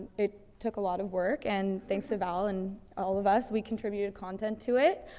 it took a lot of work and thanks to val and all of us, we contributed content to it.